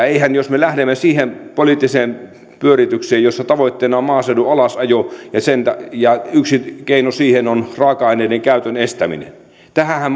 niin edelleen jos me lähdemme siihen poliittiseen pyöritykseen jossa tavoitteena on maaseudun alasajo ja yksi keino siihen on raaka aineiden käytön estäminen tähänhän